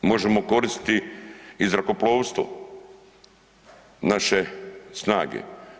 Možemo koristiti i zrakoplovstvo, naše snage.